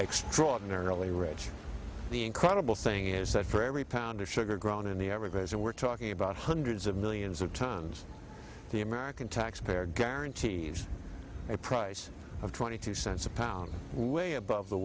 extraordinarily rich the incredible thing is that for every pound of sugar grown in the everglades and we're talking about hundreds of millions of times the american taxpayer guarantees a price of twenty two cents a pound way above the